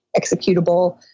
executable